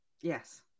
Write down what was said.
Yes